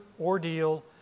ordeal